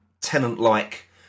tenant-like